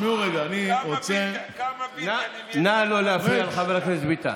נא לא להפריע לחבר הכנסת ביטן.